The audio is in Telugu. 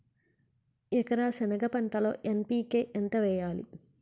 ఎకర సెనగ పంటలో ఎన్.పి.కె ఎంత వేయాలి?